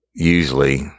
Usually